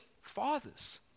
fathers